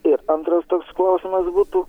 ir antras toks klausimas būtų